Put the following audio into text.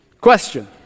Question